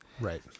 Right